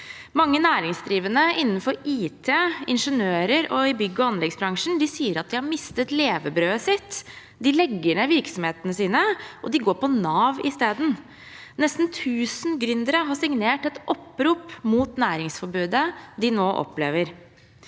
Mange næringsdrivende innenfor IT, ingeniørvirksomheter og bygg og anleggsbransjen sier at de har mistet levebrødet sitt. De legger ned virksomhetene sine og går på Nav i stedet. Nesten 1 000 gründere har signert et opprop mot næringsforbudet de nå opplever.